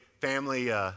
family